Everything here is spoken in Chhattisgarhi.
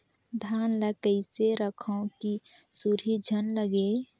धान ल कइसे रखव कि सुरही झन लगे?